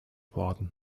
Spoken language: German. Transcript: worden